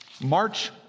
March